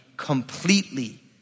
completely